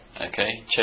Okay